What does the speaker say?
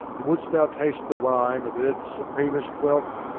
and wouldst thou taste the wine of earth's supremest wealth,